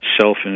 self